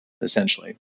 essentially